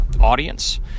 audience